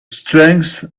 strength